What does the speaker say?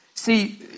See